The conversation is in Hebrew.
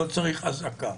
לא צריך אזעקה.